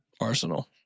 Arsenal